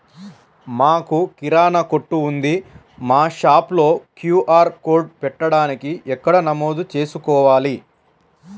మాకు కిరాణా కొట్టు ఉంది మా షాప్లో క్యూ.ఆర్ కోడ్ పెట్టడానికి ఎక్కడ నమోదు చేసుకోవాలీ?